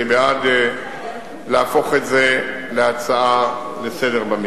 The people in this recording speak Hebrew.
אני בעד להפוך את זה להצעה לסדר-היום,